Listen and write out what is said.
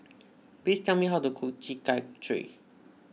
please tell me how to cook Chi Kak Kuih